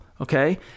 okay